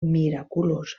miraculosa